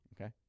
Okay